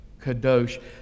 Kadosh